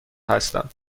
هستم